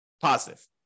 positive